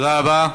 תודה רבה.